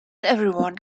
everyone